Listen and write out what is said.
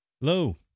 Hello